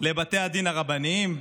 לבתי הדין הרבניים,